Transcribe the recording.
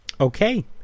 Okay